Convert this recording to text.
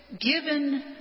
given